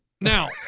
Now